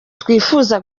twifuza